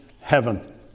heaven